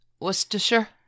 Worcestershire